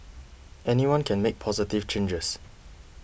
anyone can make positive changes